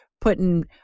putting